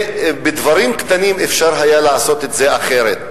ובדברים קטנים אפשר היה לעשות את זה אחרת.